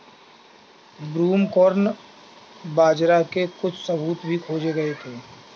broomcorn बाजरा के कुछ सबूत भी खोजे गए थे